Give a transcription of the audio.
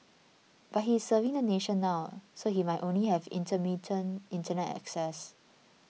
but he is serving the nation now so he might only have intermittent Internet access